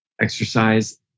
exercise